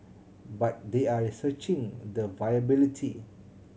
but they are researching the viability